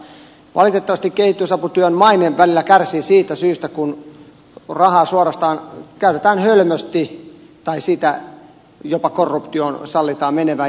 valitettavasti kehitysaputyön maine välillä kärsii siitä syystä kun rahaa suorastaan käytetään hölmösti tai sitä jopa korruptioon sallitaan menevän